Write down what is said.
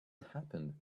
happened